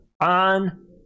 on